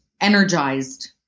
energized